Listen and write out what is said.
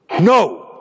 No